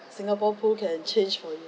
singapore pool can change for you